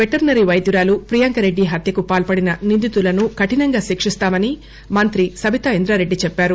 పెటర్స రీ వైద్యురాలు ప్రియాంక రెడ్డి హత్య కు పాల్పడిన నిందితులను కఠినం గా శిక్షిస్తామని మంత్రి సబితా ఇంద్రా రెడ్డి చెప్పారు